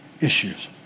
issues